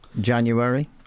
January